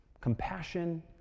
Compassion